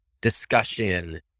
discussion